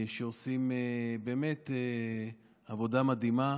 שעושים באמת עבודה מדהימה.